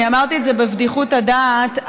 אמרתי את זה בבדיחות הדעת,